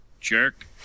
jerk